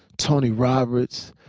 tony roberts,